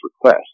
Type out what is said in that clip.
request